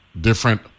different